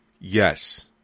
Yes